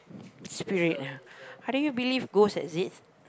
spirit ah how do you believe ghost exist